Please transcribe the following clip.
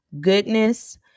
Goodness